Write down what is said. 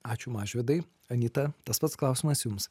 ačiū mažvydai anita tas pats klausimas jums